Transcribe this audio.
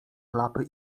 klapy